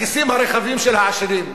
לכיסים הרחבים של העשירים,